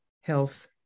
health